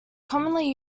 commonly